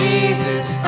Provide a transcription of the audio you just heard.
Jesus